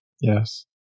Yes